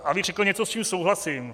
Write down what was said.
Abych řekl něco, s čím souhlasím.